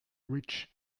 rich